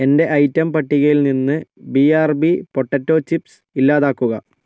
എന്റെ ഐറ്റം പട്ടികയിൽ നിന്ന് B R B potato chips ഇല്ലാതാക്കുക